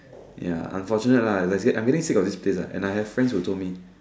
ya unfortunate lah like actually I'm getting sick of this place right and I have friends who told me